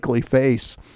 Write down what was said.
face